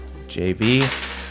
JV